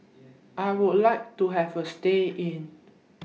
I Would like to Have A stay in